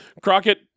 Crockett